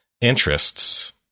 interests